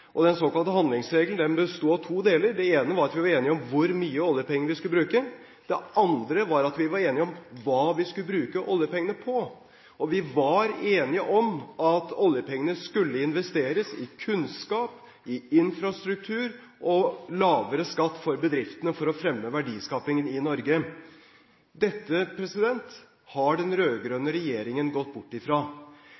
Den såkalte handlingsregelen besto av to deler. Det ene var at vi var enige om hvor mye oljepenger vi skulle bruke. Det andre var at vi var enige om hva vi skulle bruke oljepengene på. Og vi var enige om at oljepengene skulle investeres i kunnskap, i infrastruktur og lavere skatt for bedriftene for å fremme verdiskapingen i Norge. Dette har den